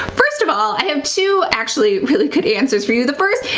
first of all, i have two actually really good answers for you. the first,